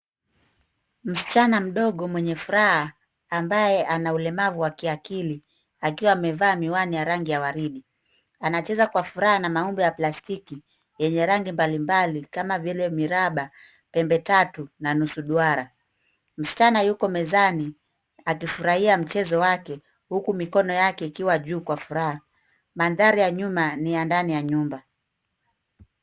Msichana mdogo mwenye furaha ambaye ana ulemavu wa kiakili akiwa amevaa miwani ya rangi ya waridi. Anacheza kwa furaha na maumbo ya plastiki yenye rangi mbalimbali kama vile miraba, pembe tatu na nusu duara. Msichana yuko mezani akifurahia mchezo wake huku mikono yake ikiwa juu kwa furaha. Mandhari ya nyuma ni ya ndani ya nyumba.